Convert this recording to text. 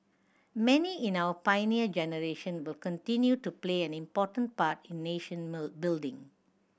many in our Pioneer Generation will continue to play an important part in nation building